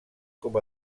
com